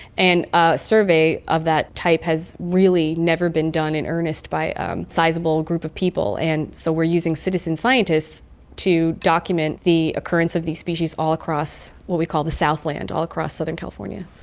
and a survey of that type has really never been done in earnest by a sizeable group of people, and so we are using citizen scientists to document the occurrence of these species all across what we call the southland, all across southern california.